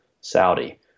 Saudi